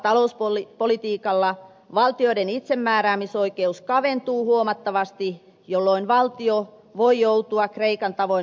holtittomalla talouspolitiikalla valtioiden itsemääräämisoikeus kaventuu huomattavasti jolloin valtio voi joutua kreikan tavoin holhouksenalaiseksi